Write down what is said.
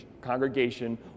congregation